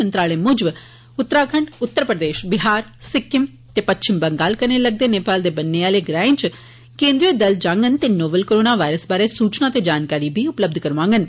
मंत्रालय मूजब उत्तराखंड उत्तर प्रदेश बिहार सिक्कम ते पच्छम बंगाल कन्नै लगदे नेपाल दे बन्ने आले ग्राएं च केन्द्रीय दल जांगन ते नोवल करोना वायरस बारे सूचना ते जानकारी बी उपलब्य करोआंगन